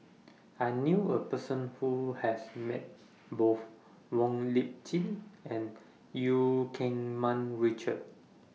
I knew A Person Who has Met Both Wong Lip Chin and EU Keng Mun Richard